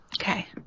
Okay